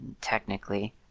technically